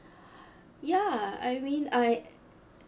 ya I mean I